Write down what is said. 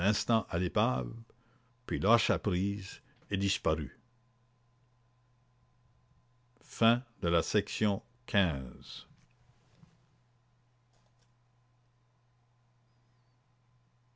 à l'épave puis lâcha prise et disparut